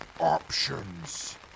Options